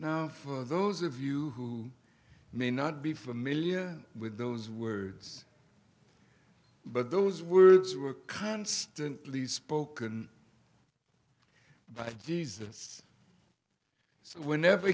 now for those of you who may not be familiar with those words but those words were constantly spoken by jesus so whenever